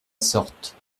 sorte